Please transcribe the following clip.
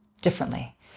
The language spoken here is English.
differently